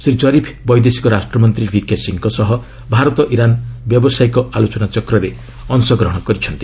Shri Zarif ବୈଦେଶିକ ରାଷ୍ଟ୍ରମନ୍ତ୍ରୀ V ସିଂହଙ୍କ ସହ ଭାରତ ଇରାନ୍ ବ୍ୟବସାୟ ଆଲୋଚନାଚକ୍ରରେ ଅଂଶଗ୍ରହଣ କରିଛନ୍ତି